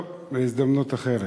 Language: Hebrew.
טוב, בהזדמנות אחרת.